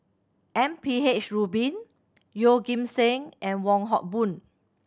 M P H Rubin Yeoh Ghim Seng and Wong Hock Boon